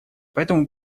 поэтому